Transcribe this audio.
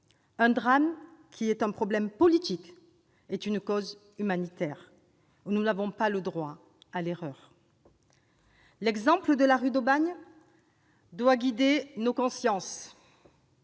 un drame qui est un problème politique et une cause humanitaire ; nous n'avons pas le droit à l'erreur. Le drame de la rue d'Aubagne doit guider nos consciences,